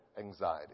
anxiety